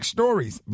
Stories